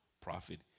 prophet